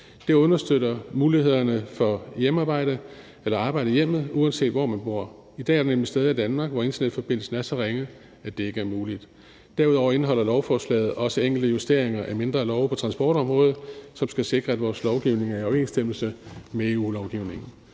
Det understøtter mulighederne for at arbejde i hjemmet, uanset hvor man bor. I dag er der nemlig steder i Danmark, hvor internetforbindelsen er så ringe, at det ikke er muligt. Derudover indeholder lovforslaget også enkelte justeringer af mindre love på transportområdet, som skal sikre, at vores lovgivning er i overensstemmelse med EU-lovgivningen.